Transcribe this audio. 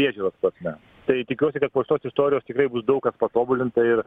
priežiūros prasme tai tikiuosi kad po šitos istorijos tikrai bus daug kas patobulinta ir